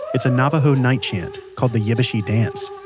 it's a navajo night chant called the yeibichai dance.